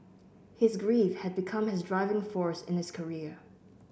his grief had become his driving force in his career